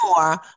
more